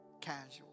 Casual